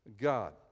god